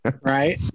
Right